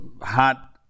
hot